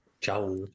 Ciao